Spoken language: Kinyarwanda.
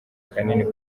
kanini